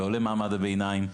לא למעמד הביניים,